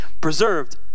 preserved